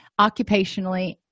occupationally